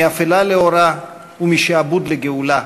מאפלה לאורה ומשעבוד לגאולה.